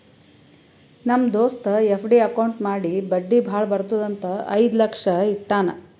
ನಮ್ ದೋಸ್ತ FD account ಮಾಡಿ ಬಡ್ಡಿ ಭಾಳ ಬರ್ತುದ್ ಅಂತ್ ಐಯ್ದ ಲಕ್ಷ ಇಟ್ಟಾನ್